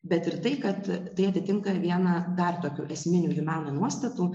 bet ir tai kad tai atinka vieną dar tokių esminių gyvenimo nuostatų